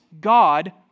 God